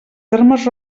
termes